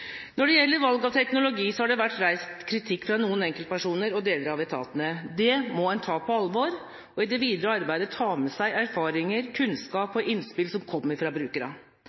Når det gjelder valg av teknologi, har det vært reist kritikk fra noen enkeltpersoner og deler av etatene. Det må en ta på alvor, og i det videre arbeidet må en ta med seg erfaringer, kunnskap og innspill som kommer fra brukerne.